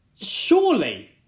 Surely